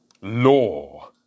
Law